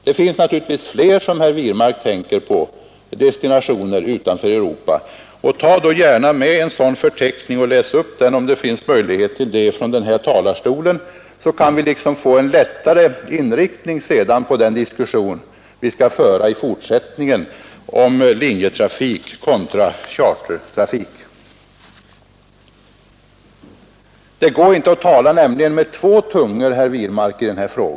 Det finns väl fler destinationer utanför Europa som herr Wirmark tänker på. Ta gärna med en sådan förteckning och läs upp den, om det finns möjlighet till det, från den här talarstolen, så kan vi bättre veta, hur vi bör inrikta diskussionen i fortsättningen om linjetrafik kontra chartertrafik. Det går nämligen inte att tala med två tungor i denna fråga, herr Wirmark.